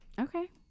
Okay